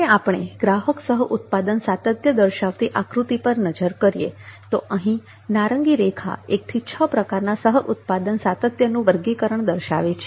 હવે આપણે ગ્રાહક સહ ઉત્પાદન સાતત્ય દર્શાવતી આકૃતિ પર નજર કરીએ તો અહીં નારંગી રેખા એક થી છ પ્રકારના સહ ઉત્પાદન સાતત્યનું વર્ગીકરણ દર્શાવે છે